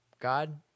God